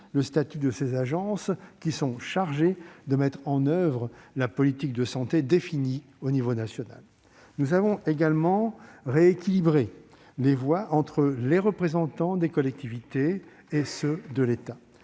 le statut de ces agences qui sont chargées de mettre en oeuvre la politique de santé définie au niveau national. Nous avons également rééquilibré les voix entre les représentants des collectivités et ceux de l'État.